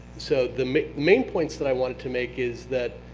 so the main points that i want to make is that,